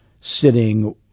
sitting